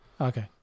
Okay